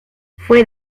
fue